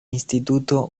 instituto